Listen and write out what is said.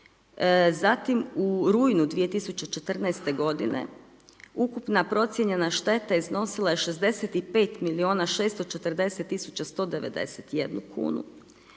Zatim u rujnu u 2014. g. ukupna procijenjena šteta iznosila je 65.640.191 kunu